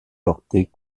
portées